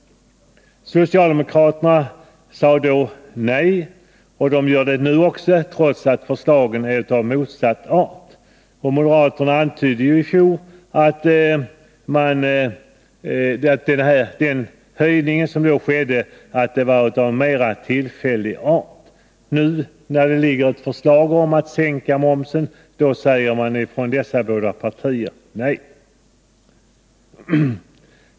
Socialdemokraterna sade då nej och gör det nu också, trots att förslagen är av motsatt art. Moderaterna antydde ju att den höjning som då skedde kunde vara av mera tillfällig art. Nu, när det föreligger ett förslag om att sänka momsen, säger man från dessa båda partier nej.